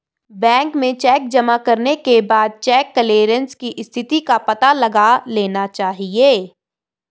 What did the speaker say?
bank में cheque जमा करने के बाद चेक क्लेअरन्स की स्थिति का पता लगा लेना चाहिए